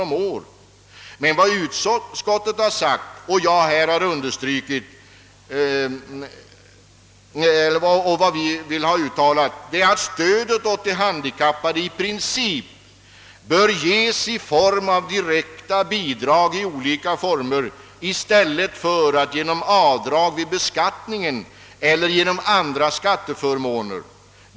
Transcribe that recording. Vad vi framför allt har velat framhålla och vad jag har understrukit är att stödet åt de handikappade i princip bör ges i form av direkta bidrag i olika former i stället för genom avdrag vid beskattningen eller genom andra skatteförmåner.